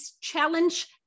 Challenge